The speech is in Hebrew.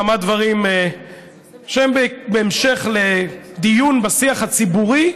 כמה דברים שהם בהמשך לדיון בשיח הציבורי,